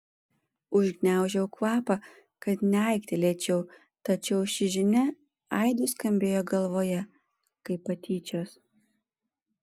užgniaužiau kvapą kad neaiktelėčiau tačiau ši žinia aidu skambėjo galvoje kaip patyčios